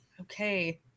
okay